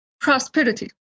prosperity